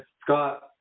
Scott